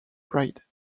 bride